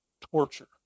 torture